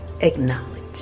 acknowledge